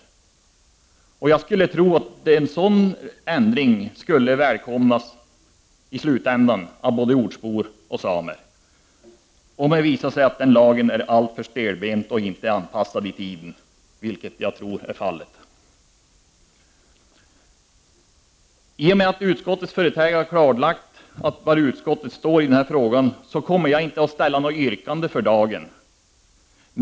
Jag skulle tro att en sådan ändring skulle välkomnas i slutändan av både ortsbor och samer, om det visar sig att lagen är alltför stelbent och inte anpassad i tiden, vilket jag tror är fallet. I och med att utskottets företrädare klarlagt var utskottet står i den här frågan, kommer jag för dagen inte att ställa något yrkande.